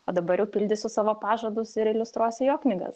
o dabar jau pildysiu savo pažadus ir iliustruosiu jo knygas